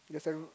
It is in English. the cen~